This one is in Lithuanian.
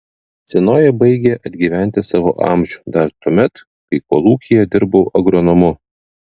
senoji baigė atgyventi savo amžių dar tuomet kai kolūkyje dirbau agronomu